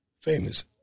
famous